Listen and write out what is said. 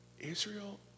Israel